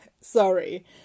sorry